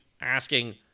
asking